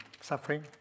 suffering